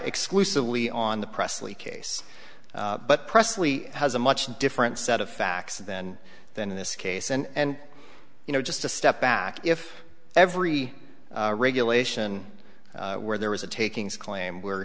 exclusively on the presley case but presley has a much different set of facts then than in this case and you know just to step back if every regulation where there was a takings claim were